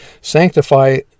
sanctify